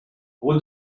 route